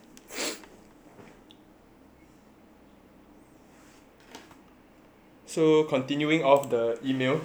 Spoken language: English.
so continuing on the email